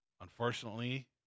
Unfortunately